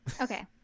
Okay